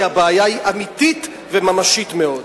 כי הבעיה היא אמיתית וממשית מאוד.